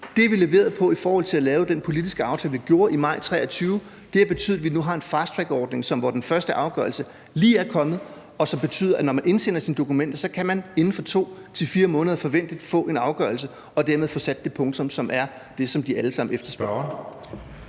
har vi leveret på ved at lave den politiske aftale, vi gjorde i maj 2023. Det har betydet, at vi nu har en fasttrackordning, hvorfra den første afgørelse lige er kommet, og som betyder, at når man indsender sine dokumenter, kan man inden for 2-4 måneder forvente at få en afgørelse og dermed få sat det punktum, som er det, de alle sammen efterspørger.